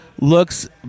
looks